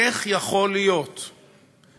איך יכול להיות שייחתם